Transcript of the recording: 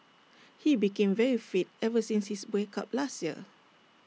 he became very fit ever since his break up last year